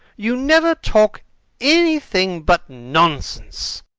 you never talk anything but nonsense.